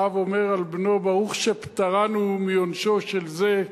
מה שהאב אומר על בנו: ברוך שפטרנו מעונשו של זה,